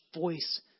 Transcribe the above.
voice